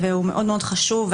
הוא מאוד-מאוד חשוב.